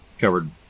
covered